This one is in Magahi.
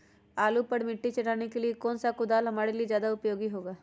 आलू पर मिट्टी चढ़ाने के लिए कौन सा कुदाल हमारे लिए ज्यादा उपयोगी होगा?